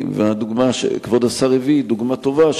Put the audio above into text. הדוגמה שכבוד השר הביא היא דוגמה טובה,